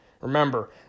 Remember